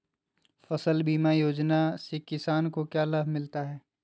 फसल बीमा योजना से किसान को क्या लाभ मिलता है?